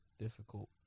difficult